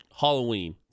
Halloween